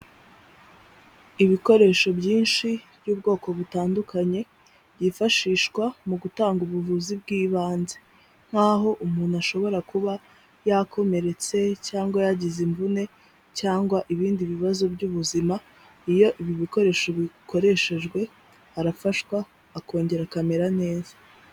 Ibikoresho byinshi by'ubwoko butandukanye byifashishwa mu gutanga ubuvuzi bw'ibanze, nk'aho umuntu ashobora kuba yakomeretse cyangwa yagize imvune cyangwa ibindi bibazo by'ubuzima, iyo ibi bikoresho bikoreshejwe arafashwa akongera akamera neza.